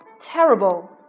terrible